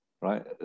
right